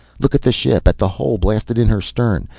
look at the ship, at the hole blasted in her stern.